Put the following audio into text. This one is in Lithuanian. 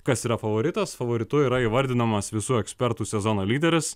kas yra favoritas favoritu yra įvardinamas visų ekspertų sezono lyderis